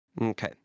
Okay